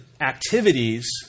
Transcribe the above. activities